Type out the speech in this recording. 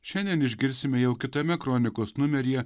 šiandien išgirsime jau kitame kronikos numeryje